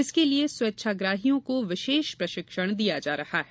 इसके लिए स्वेच्छाग्राहियों को विशेष प्रशिक्षण दिया जा रहा है